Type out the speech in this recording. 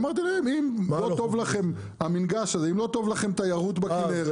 אמרתי להם: אם לא טוב לכם תיירות בכנרת --- אה,